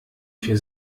für